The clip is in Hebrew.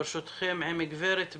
ברשותכם, עם הגב' ביילין,